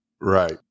Right